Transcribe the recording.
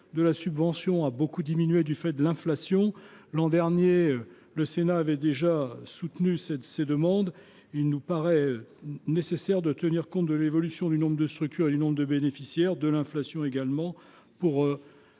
de la subvention a beaucoup diminué du fait de l’inflation. L’an dernier, le Sénat avait déjà soutenu ces demandes. Il nous paraît nécessaire de tenir compte de l’évolution du nombre de structures et de bénéficiaires, mais aussi de